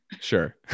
sure